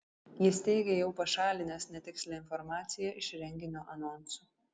jis teigė jau pašalinęs netikslią informaciją iš renginio anonsų